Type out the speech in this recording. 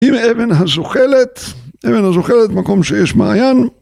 ‫עם אבן הזוחלת, אבן הזוחלת, ‫מקום שיש מעיין.